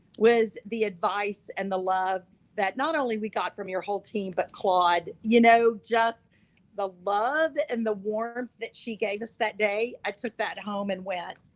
was the advice and the love that not only we got from your whole team, but claude, you know just the love and the warmth that she gave us that day. i took that home and went,